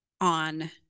on